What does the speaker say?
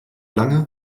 lange